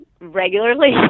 regularly